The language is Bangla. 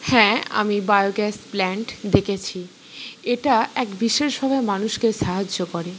হ্যাঁ আমি বায়োগ্যাস প্ল্যান্ট দেখেছি এটা এক বিশেষভাবে মানুষকে সাহায্য করে